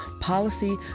Policy